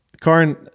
Karin